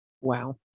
Wow